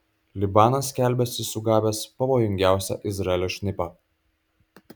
libanas skelbiasi sugavęs pavojingiausią izraelio šnipą